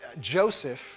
Joseph